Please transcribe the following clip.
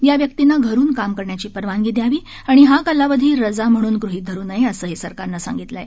या व्यक्तींना घरून काम करण्याची परवानगी द्यावी आणि हा कालावधी रजा म्हणून गृहित धरु नये असेही सरकारनं सांगितले आहे